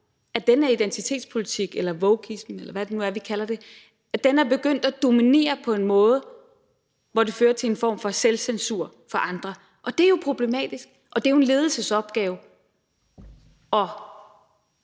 at den her identitetspolitik eller wokeism, eller hvad det nu er, vi kalder det, er begyndt at dominere på en måde, der fører til en form for selvcensur for andre. Og det er jo problematisk, og det er jo en ledelsesopgave